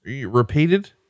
repeated